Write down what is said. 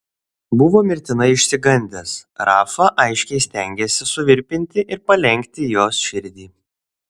buvo mirtinai išsigandęs rafa aiškiai stengėsi suvirpinti ir palenkti jos širdį